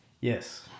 Yes